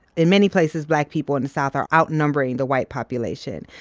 in many places, black people in the south are outnumbering the white population.